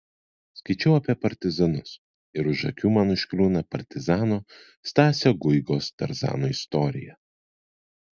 skaičiau apie partizanus ir už akių man užkliūna partizano stasio guigos tarzano istorija